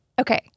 okay